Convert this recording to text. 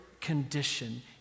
condition